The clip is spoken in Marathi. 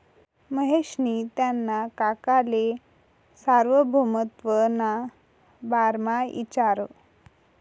महेशनी त्याना काकाले सार्वभौमत्वना बारामा इचारं